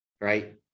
right